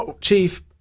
Chief